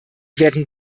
werden